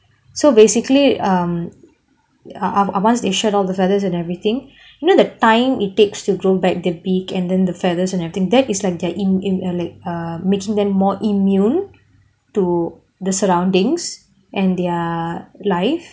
so basically err uhm once they shed all their feathers and everything you know the time it takes to grow back the beak and then the feathers and everything that is like they're in in err making them more immune to the surroundings and their life